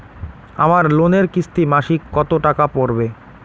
আমার লোনের কিস্তি মাসিক কত টাকা পড়বে?